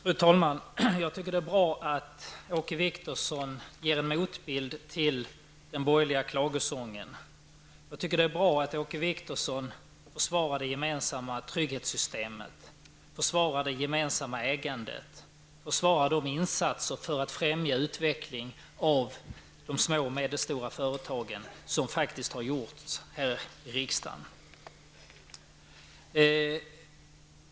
Fru talman! Det är bra att Åke Wictorsson ger en motbild till den borgerliga klagosången. Det är bra att Åke Wictorsson försvarar det gemensamma trygghetssystemet, det gemensamma ägandet och de insatser för att främja utvecklingen av de små och medelstora företagen som faktiskt har gjorts här i riksdagen.